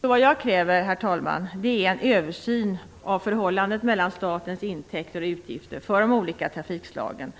Vad jag kräver, herr talman, är en översyn av förhållandet mellan statens intäkter och utgifter för de olika trafikslagen,